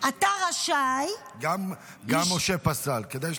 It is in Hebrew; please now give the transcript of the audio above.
גם משה פסל, כדאי שתקשיב.